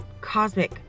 cosmic